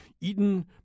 eaten